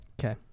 Okay